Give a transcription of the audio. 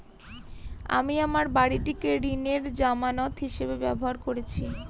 আমি আমার বাড়িটিকে ঋণের জামানত হিসাবে ব্যবহার করেছি